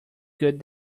good